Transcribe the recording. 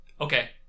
okay